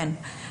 כן.